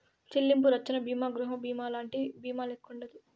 చెల్లింపు రచ్చన బీమా గృహబీమాలంటి బీమాల్లెక్కుండదు